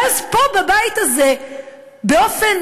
ואז פה, בבית הזה, באופן